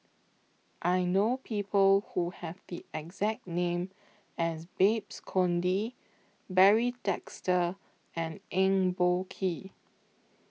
I know People Who Have The exact name as Babes Conde Barry Desker and Eng Boh Kee